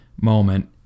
moment